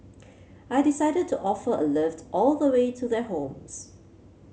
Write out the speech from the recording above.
I decided to offer a lift all the way to their homes